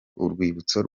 urwibutso